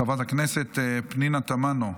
חברת הכנסת פנינה תמנו,